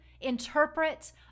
interpret